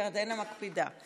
ירדנה מקפידה.